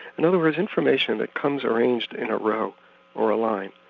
in other words information that comes arranged in a row or a line.